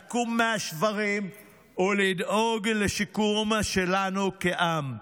לקום מהשברים ולדאוג לשיקום שלנו כעם.